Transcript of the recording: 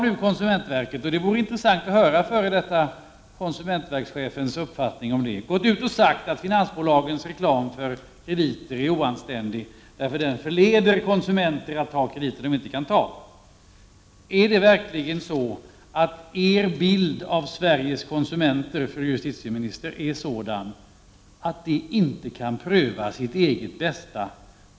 Nu har man från konsumentverket gått ut och sagt att finansbolagens reklam för krediter är oanständig, eftersom den förleder konsumenter att ta krediter som de inte kan klara av. Och det vore intressant att höra f.d. konsumentverkschefens uppfattning om det. Är det verkligen så att justitieministerns bild av konsumenterna är den att de inte kan pröva sitt eget bästa?